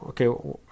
okay